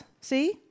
See